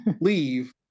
leave